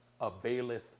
availeth